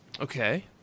Okay